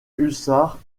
hussards